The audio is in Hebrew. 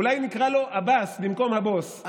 אולי נקרא לו עבאס במקום "הבוס",